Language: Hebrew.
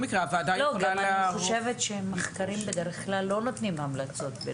גם אני חושבת שמחקרים בדרך כלל לא נותנים המלצות ביניים.